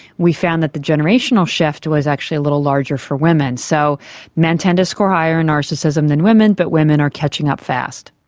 we found that the generational shift was actually a little larger for women. so men tend to score higher in narcissism than women, but women are catching up fast.